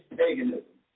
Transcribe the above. paganism